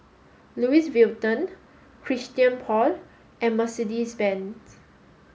Louis Vuitton Christian Paul and Mercedes Benz